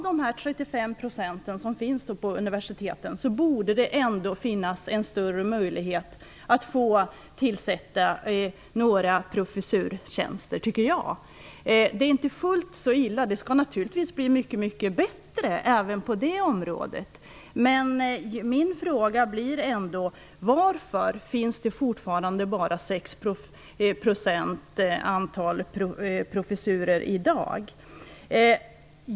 Dessa 35 % som finns på universiteten borde ge en större möjlighet att tillsätta några professorstjänster med kvinnor. Det är inte fullt så illa som det ser ut. Det skall naturligtvis bli mycket bättre även på det området. Men min fråga blir ändå: Varför finns det fortfarande bara 6 % kvinnor bland professorerna i dag?